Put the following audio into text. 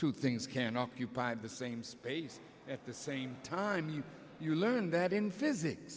two things can occupy the same space at the same time you learn that in physics